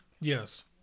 Yes